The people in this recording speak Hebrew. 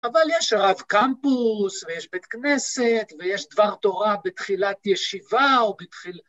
אבל יש רב קמפוס, ויש בית כנסת, ויש דבר תורה בתחילת ישיבה או בתחילת...